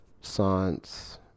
science